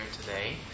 today